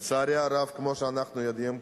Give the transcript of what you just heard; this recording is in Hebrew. לצערי הרב, כמו שאנחנו יודעים,